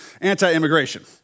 anti-immigration